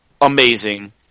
amazing